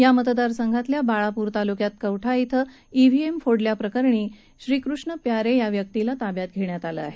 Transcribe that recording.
या मतदारसंघातल्या बाळापूर तालुक्यातल्या कवठा इथं इव्हीएम फोडल्याप्रकरणी श्रीकृष्ण प्यारे याला ताब्यात घेतलं आहे